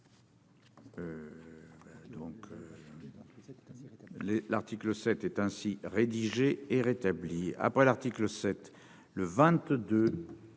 l'article 7 est ainsi rédigé est rétabli après l'article 7 le 22,